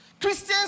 Christians